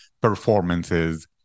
performances